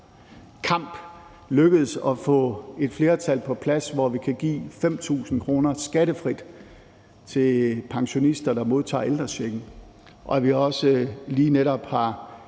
kamp lykkedes os at få et flertal på plads, som betyder, at vi kan give 5.000 kr. skattefrit til pensionister, der modtager ældrechecken. Vi har også lige netop